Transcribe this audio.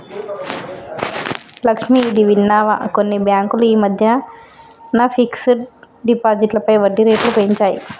లక్ష్మి, ఇది విన్నావా కొన్ని బ్యాంకులు ఈ మధ్యన ఫిక్స్డ్ డిపాజిట్లపై వడ్డీ రేట్లు పెంచాయి